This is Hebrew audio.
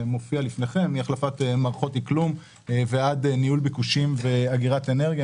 מהחלפת מערכות אקלום ועד ניהול ביקושים ואגירת אנרגיה,